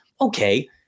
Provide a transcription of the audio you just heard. okay